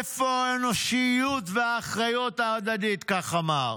איפה האנושיות והאחריות ההדדית?" כך אמר.